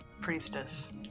priestess